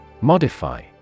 Modify